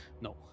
no